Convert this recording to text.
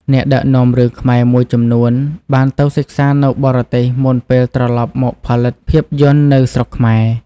អ្នកដឹកនាំរឿងខ្មែរមួយចំនួនបានទៅសិក្សានៅបរទេសមុនពេលត្រឡប់មកផលិតភាពយន្តនៅស្រុកខ្មែរ។